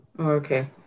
Okay